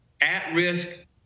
at-risk